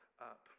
up